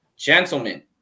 Gentlemen